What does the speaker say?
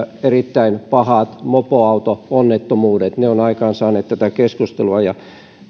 erittäin pahat mopoauto onnettomuudet ne ovat aikaansaaneet tätä keskustelua ja